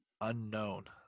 unknown